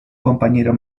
compañero